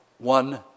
One